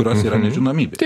kurios yra nežinomybėj